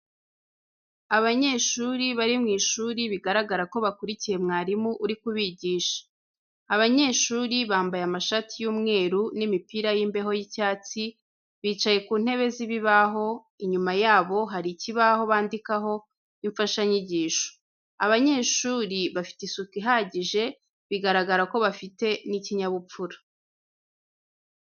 Abanyeshuri bari mu ishuri bigaragara ko bakurikiye mwarimu uri kubigisha. Abanyeshuri bambaye amashati y'umweru n'imipira y'imbeho y'icyatsi, bicaye ku ntebe z'ibibaho, inyuma yabo hari ikibaho bandikaho imfashanyigisho. Abanyeshuri bafite isuku ihagije, bigaragara ko bafite n'ikinyabupfura.